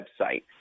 website